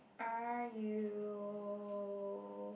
are you